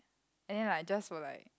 and then like just for like